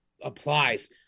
applies